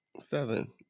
Seven